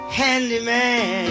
handyman